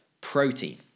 protein